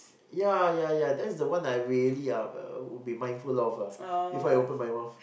yeah yeah yeah that's the one I really uh would be mindful of ah If I open my mouth